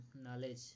knowledge